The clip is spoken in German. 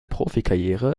profikarriere